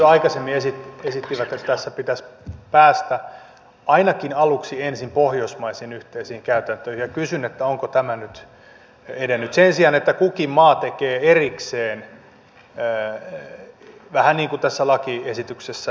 sosialidemokraatit jo aikaisemmin esittivät että tässä pitäisi päästä ainakin aluksi ensin pohjoismaisiin yhteisiin käytäntöihin ja kysyn onko tämä nyt edennyt sen sijaan että kukin maa tekee erikseen vähän niin kuin tässä lakiesityksessä perusteellaankin